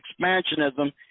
expansionism